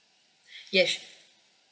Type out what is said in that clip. yes